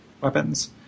weapons